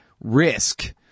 risk